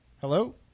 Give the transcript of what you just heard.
Hello